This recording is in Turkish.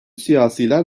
siyasiler